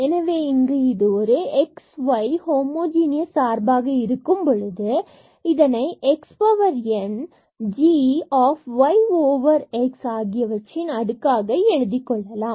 எனவே இங்கு இது ஒரு x y ஹோமோஜுனியஸ் சார்பாக இருக்கும் பொழுது இதனை x power n g y x ஆகியவற்றின் அடுக்காக எழுதிக் கொள்ளலாம்